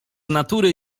natury